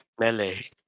Melee